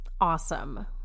awesome